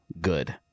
Good